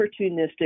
opportunistic